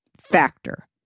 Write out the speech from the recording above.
Factor